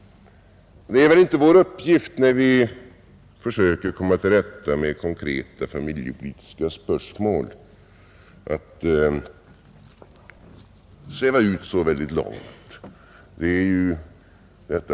Det är väl inte vår uppgift, när vi försöker komma till rätta med konkreta familjepolitiska spörsmål, att sväva ut så oerhört långt.